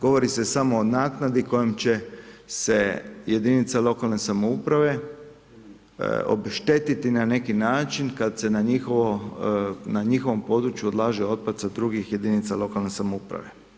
Govori se samo o naknadi kojom će se jedinice lokalne samouprave obešteti na neki način kada se na njihovom području odlaže otpad sa drugih jedinica lokalne samouprave.